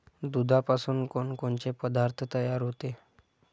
दुधापासून कोनकोनचे पदार्थ तयार होते?